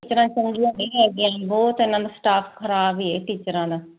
ਬਹੁਤ ਇਹਨਾਂ ਨੂੰ ਸਟਾਫ ਖਰਾਬ ਹ ਟੀਚਰਾਂ ਦਾ